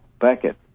Beckett